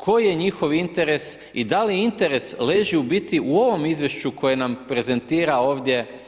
Koji je njihov interes i da li interes leži u biti u ovom izvješću koje nam prezentirao ovdje